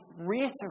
reiterate